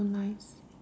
so nice